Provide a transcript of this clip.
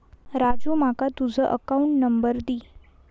राजू माका तुझ account number दी